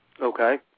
Okay